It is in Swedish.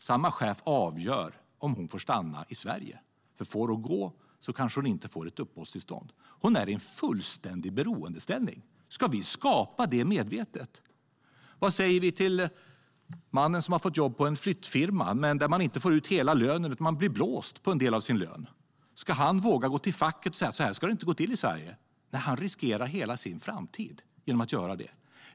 Samma chef avgör om hon får stanna i Sverige, för om hon går kanske hon inte får ett uppehållstillstånd. Hon är i en fullständig beroendeställning. Ska vi skapa det medvetet? Vad säger vi till mannen som har fått jobb på en flyttfirma men inte får ut hela lönen utan blir blåst på en del av sin lön? Ska han våga gå till facket och säga att så här ska det inte gå till i Sverige? Nej, han riskerar hela sin framtid genom att göra det.